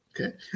Okay